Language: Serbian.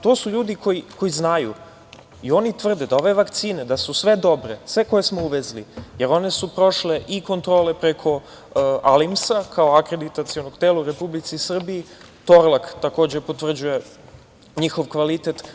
To su ljudi koji znaju i oni tvrde da ove vakcine, da su sve dobre, sve koje smo uvezli, jer one su prošle i kontrole preko ALIMSA, kao akreditacionog tela u Republici Srbiji, „Torlak“ takođe potvrđuje njihov kvalitet.